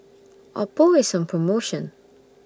Oppo IS on promotion